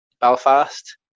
Belfast